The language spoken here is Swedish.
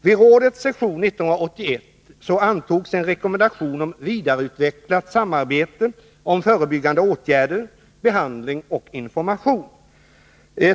Vid rådets session 1981 antogs en rekommentation om vidareutvecklat samarbete om förebyggande åtgärder, behandling och information.